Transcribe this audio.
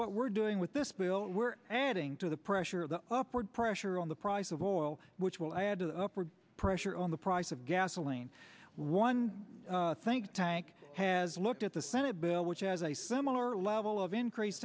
what we're doing with this bill we're adding to the pressure the upward pressure on the price of oil which will add to the upward pressure on the price of gasoline one think tank has looked at the senate bill which has a similar level of increase